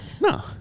No